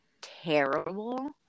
terrible